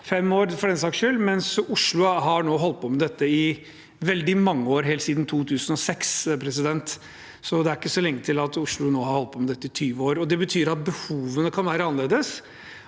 skyld – mens Oslo nå har holdt på med dette i veldig mange år, helt siden 2006. Det er ikke så lenge til nå at Oslo har holdt på med dette i 20 år. Det betyr at behovene kan være annerledes,